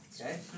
Okay